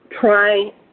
Try